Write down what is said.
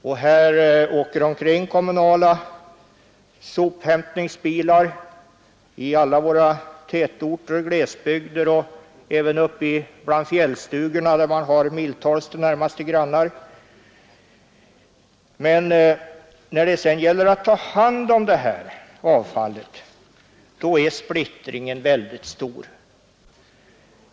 Det åker omkring kommunala sophämtningsbilar i alla våra tätorter, i glesbygder och även uppe bland fjällstugorna, där det är miltals till närmaste granne. När det sedan gäller att ta hand om avfallet är splittringen mycket stor.